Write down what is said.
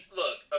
look